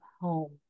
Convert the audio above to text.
home